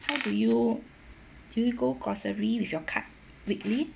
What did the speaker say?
how do you do you go grocery with your card weekly